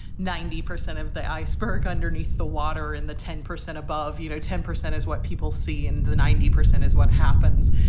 ninety percent of the iceberg underneath the water, in the ten percent above, you know, ten percent is what people see in the ninety percent is what happens.